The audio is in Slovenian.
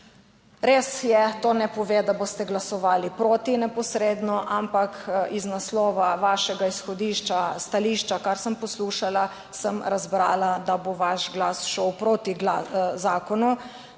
Res je, to ne pove, da boste glasovali proti neposredno, ampak iz naslova vašega izhodišča, stališča kar sem poslušala, sem razbrala, da bo vaš glas šel proti zakonu.